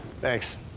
thanks